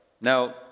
Now